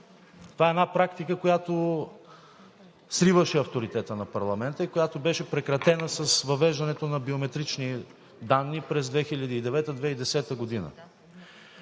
това е една практика, която сриваше авторитета на парламента и която беше прекратена с въвеждането на биометричните данни през 2009 – 2010 г.